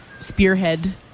spearhead